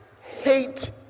hate